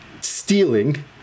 stealing